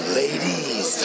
ladies